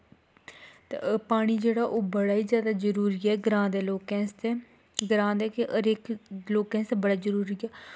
ते पानी जेह्ड़ा ओह् बड़ा ई जादा जरूरी ऐ ग्रांऽ दे लोकें आस्तै ग्रांऽ दे के हर इक लोकें आस्तै बड़ा जरूरी ऐ